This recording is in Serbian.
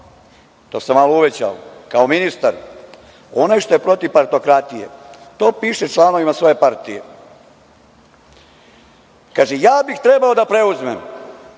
to sam malo uvećao, kao ministar, onaj što je protiv partokratije. To piše članovima svoje partije. Kaže – ja bih trebao da preuzmem,